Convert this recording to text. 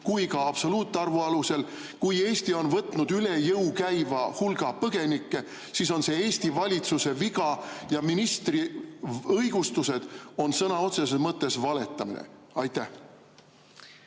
ja ka absoluutarvu. Kui Eesti on vastu võtnud üle jõu käiva hulga põgenikke, siis on see Eesti valitsuse viga ja ministri õigustused on sõna otseses mõttes valetamine. Jah.